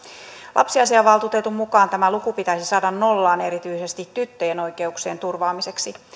lapsiasiavaltuutetun mukaan tämä luku pitäisi saada nollaan erityisesti tyttöjen oikeuksien turvaamiseksi